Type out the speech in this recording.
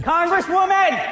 Congresswoman